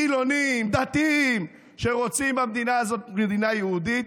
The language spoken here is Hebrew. חילונים, דתיים, שרוצים במדינה הזאת מדינה יהודית,